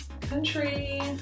Country